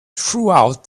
throughout